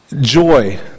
joy